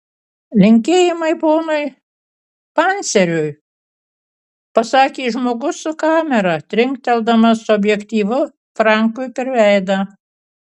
linkėjimai ponui panceriui pasakė žmogus su kamera trinkteldamas objektyvu frankui per veidą